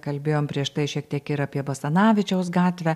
kalbėjom prieš tai šiek tiek ir apie basanavičiaus gatvę